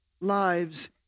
lives